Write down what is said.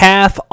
Half